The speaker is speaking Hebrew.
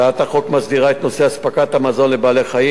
הצעת החוק מסדירה את נושא אספקת המזון לבעלי-חיים